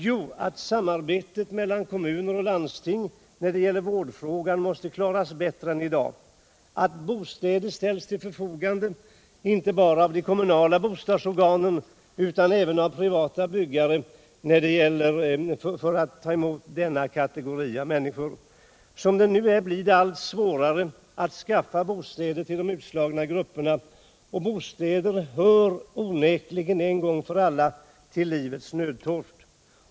Jo, att samarbetet mellan kommuner och landsting när det gäller vården skall klaras bättre än i dag och att bostäder ställs till förfogande för denna kategori av människor, inte bara av de kommunala bostadsorganen utan även av privata byggare. Som det nu är blir det allt svårare att skaffa bostäder till de utslagna grupperna, och bostad hör nu en gång för alla till livets nödtorft.